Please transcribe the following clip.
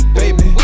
baby